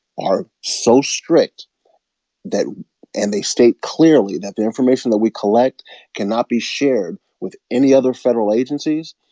are so strict that and they state clearly that the information that we collect cannot be shared with any other federal agencies.